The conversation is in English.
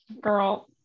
girl